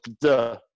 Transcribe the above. Duh